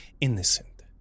innocent